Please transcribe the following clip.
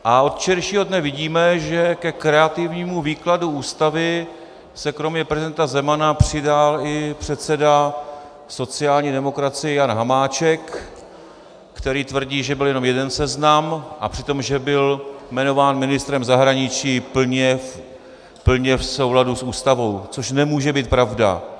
A od včerejšího dne vidíme, že ke kreativnímu výkladu Ústavy se kromě prezidenta Zemana přidal i předseda sociální demokracie Jan Hamáček, který tvrdí, že byl jenom jeden seznam, a přitom že byl jmenován ministrem zahraničí plně v souladu s Ústavou, což nemůže být pravda.